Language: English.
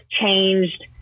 changed